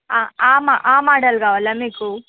ఆ మో ఆ మోడల్ కావాలా మీకు